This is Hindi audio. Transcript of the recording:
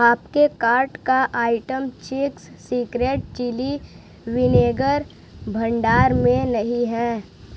आपके कार्ट का आइटम चीक्स सीक्रेट चिली विनेगर भंडार में नहीं है